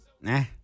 Nah